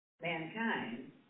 mankind